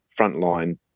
frontline